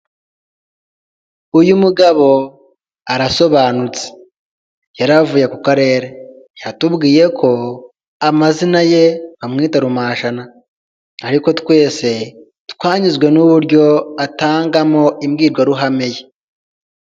Uyu mugabo arasobanutse yari avuye ku karere yatubwiye ko amazina ye bamwita Rumashana ariko twese twanyuzwe n'uburyo atangamo imbwirwaruhame ye.